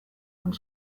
und